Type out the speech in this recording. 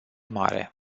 mare